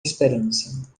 esperança